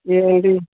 ఏంటి